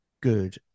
good